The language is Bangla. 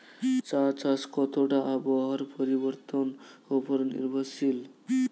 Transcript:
চা চাষ কতটা আবহাওয়ার পরিবর্তন উপর নির্ভরশীল?